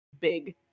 big